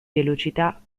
velocità